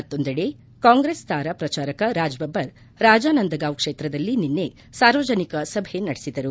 ಮತ್ತೊಂದೆಡೆ ಕಾಂಗ್ರೆಸ್ ತಾರಾ ಶ್ರಚಾರಕ ರಾಜ್ ಬಬ್ಲರ್ ರಾಜಾನಂದಗಾಂವ್ ಕ್ಷೇತ್ರದಲ್ಲಿ ನಿನ್ನೆ ಸಾರ್ವಜನಿಕ ಸಭೆ ನಡೆಸಿದರು